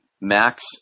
Max